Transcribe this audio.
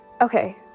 Okay